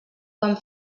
van